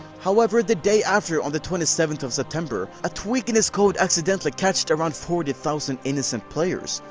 however, the day after on the twenty seventh of september, a tweak in its code accidentally catched around forty thousand innocent players.